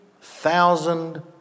thousand